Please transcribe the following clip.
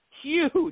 huge